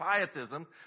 pietism